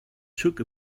took